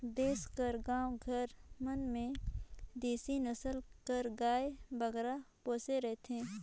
देस कर गाँव घर मन में देसी नसल कर गाय बगरा पोसे रहथें